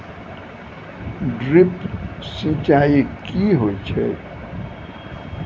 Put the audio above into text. Drip सिंचाई कि होय छै?